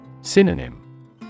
Synonym